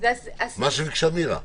מה שביקשה מירה.